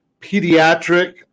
pediatric